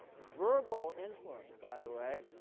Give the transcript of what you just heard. verbal influence, by the way,